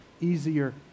easier